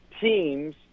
teams